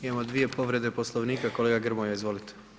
Imamo dvije povrede poslovnika, kolega Grmoja izvolite.